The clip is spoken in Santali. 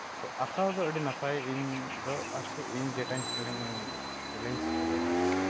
ᱛᱚ ᱟᱸᱠᱟᱣ ᱫᱚ ᱟᱹᱰᱤ ᱱᱟᱯᱟᱭ ᱤᱧ ᱫᱚ ᱟᱨᱠᱤ ᱤᱧ ᱡᱮᱴᱟᱧ ᱯᱷᱤᱞᱤᱝᱥ ᱠᱟᱫᱟᱹᱧ ᱟᱨᱠᱤ